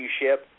ship